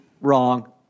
wrong –